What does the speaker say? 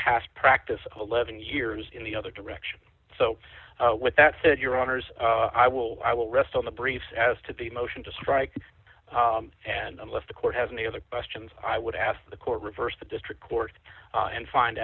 past practice eleven years in the other direction so with that said your honors i will i will rest on the briefs as to the motion to strike and unless the court has any other questions i would ask the court reversed the district court and find